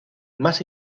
más